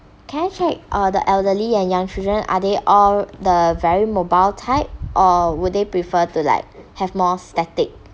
can I check uh the elderly and young children are they all the very mobile type or would they prefer to like have more static